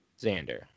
Xander